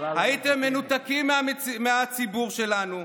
הייתם מנותקים מהציבור שלנו,